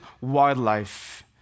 wildlife